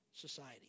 society